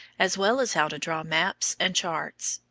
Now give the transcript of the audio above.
as well as how to draw maps and charts.